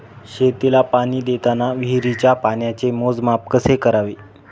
शेतीला पाणी देताना विहिरीच्या पाण्याचे मोजमाप कसे करावे?